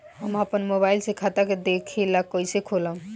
हम आपन मोबाइल से खाता के देखेला कइसे खोलम?